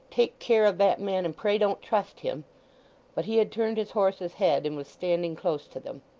take care of that man, and pray don't trust him but he had turned his horse's head, and was standing close to them.